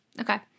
Okay